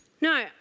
No